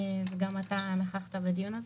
וגם אתה נכחת בדיון הזה.